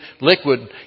liquid